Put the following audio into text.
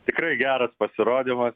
tikrai geras pasirodymas